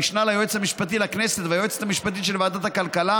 המשנה ליועץ המשפטי לכנסת והיועצת המשפטית של ועדת הכלכלה,